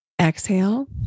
exhale